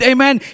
Amen